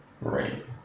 right